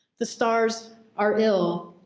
the stars are ill.